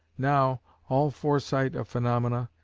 now, all foresight of phaenomena,